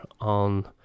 on